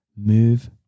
move